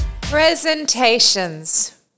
Presentations